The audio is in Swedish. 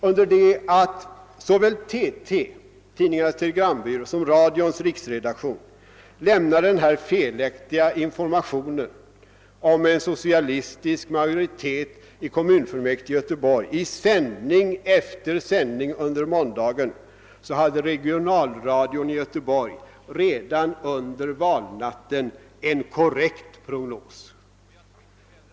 Under det att såväl Tidningarnas telegrambyrå som radions riksredaktion i sändning efter sändning under måndagen lämnade denna felaktiga information om en socialistisk majoritet i kommunfullmäktige i Göteborg, hade regionalradion i Göteborg redan under valnatten en korrekt prognos.